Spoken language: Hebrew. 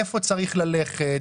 איפה צריך ללכת.